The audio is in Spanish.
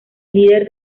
líder